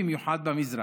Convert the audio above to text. במיוחד במזרח,